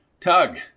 Tug